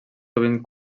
sovint